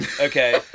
Okay